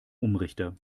umrichter